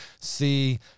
see